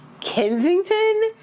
Kensington